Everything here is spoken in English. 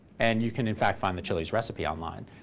and you can, in fact, find the chili's recipe online.